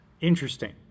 Interesting